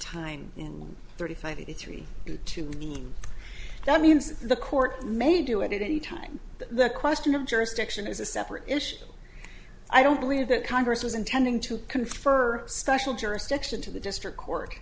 time in thirty five of the three to mean that means the court may do it at any time the question of jurisdiction is a separate issue i don't believe that congress was intending to confer special jurisdiction to the district court